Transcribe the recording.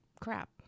crap